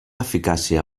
eficàcia